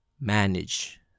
manage